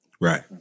Right